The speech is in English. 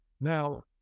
Now